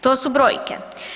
To su brojke.